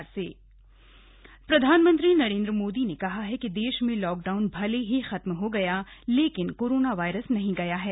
PM Modi संबोधन प्रधानमंत्री नरेंद्र मोदी ने कहा है कि देश में लॉकडाउन भले ही खत्म हो गया लेकिन कोरोना वायरस नहीं गया है